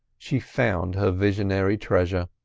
she found her visionary treasure.